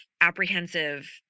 apprehensive